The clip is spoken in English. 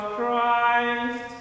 Christ